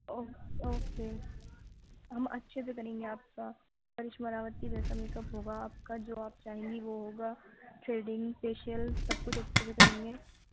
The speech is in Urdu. او اوکے ہم اچھے سے کریں گے آپ کا کرشما راوت کے جیسا میک اپ ہوگا آپ کا جو آپ چاہیں گی وہ ہوگا تھریڈنگ فیشیل سب کچھ اچھے سے کریں گے